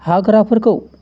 हाग्राफोरखौ